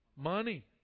Money